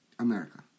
America